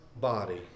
body